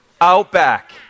Outback